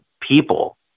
people